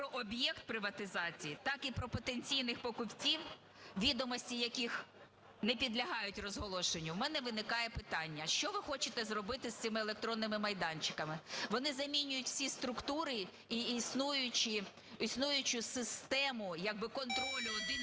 про об'єкт приватизації, так і про потенційних покупців, відомості яких не підлягають розголошенню, в мене виникає питання: що ви хочете зробити з цими електронними майданчиками? Вони замінюють всі структури і існуючу систему як би контролю один